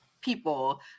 people